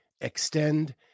Extend